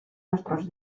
nuestros